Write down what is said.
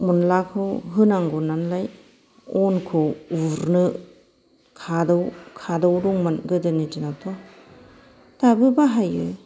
अनलाखौ होनांगौ नालाय अनखौ उरनो खादौ खादौ दंमोन गोदोनि दिनावथ' दाबो बाहायो